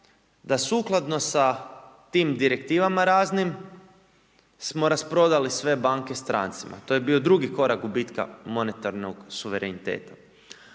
da sukladno sa tim direktivama raznim, smo raspoznali sve banke strancima, to je bio drugi korak gubitak monetarnog suvereniteta.